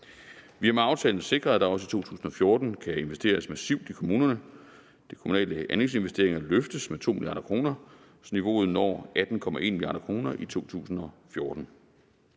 Vi har med aftalen sikret, at der også i 2014 kan investeres massivt i kommunerne. Niveauet for de kommunale anlægsinvesteringer løftes med 2 mia. kr., så niveauet når 18,1 mia. kr. i 2014.